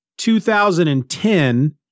2010